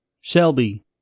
Shelby